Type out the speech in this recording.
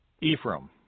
Ephraim